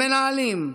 במנהלים,